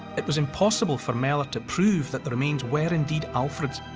it was impossible for mellor to prove that the remains were indeed alfred's.